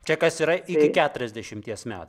čia kas yra iki keturiasdešimties metų